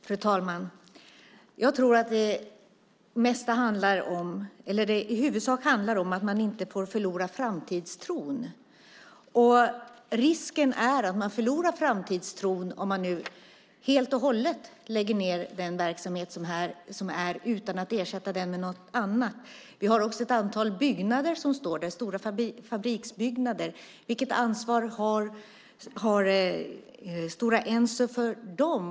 Fru talman! Jag tror att det i huvudsak handlar om att man inte får förlora framtidstron. Risken är att man förlorar framtidstron om man nu helt och hållet lägger ned den verksamhet som är utan att ersätta den med något annat. Vi har också ett antal stora fabriksbyggnader som står där. Vilket ansvar har Stora Enso för dem?